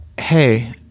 Hey